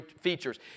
features